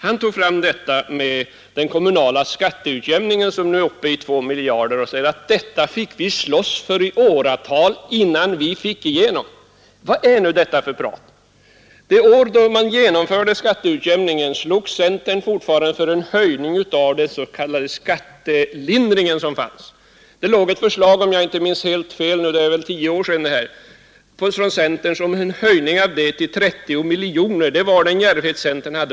Han tog fram den kommunala skatteutjämningen, som nu är uppe i 2 miljarder kronor, och säger att detta fick centern slåss för i åratal, innan centern fick igenom det. Vad är nu detta för prat? När skatteutjämningen genomfördes slogs centern fortfarande för en höjning av den s.k. skattelindringen. För omkring tio år sedan, om jag inte minns fel, fanns ett förslag från centern om en höjning av skattelindringen till 30 miljoner kronor. Det var den djärvhet centern visade.